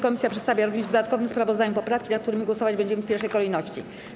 Komisja przedstawia również w dodatkowym sprawozdaniu poprawki, nad którymi głosować będziemy w pierwszej kolejności.